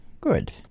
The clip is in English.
good